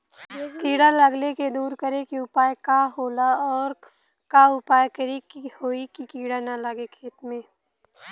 कीड़ा लगले के दूर करे के उपाय का होला और और का उपाय करें कि होयी की कीड़ा न लगे खेत मे?